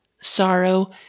Sorrow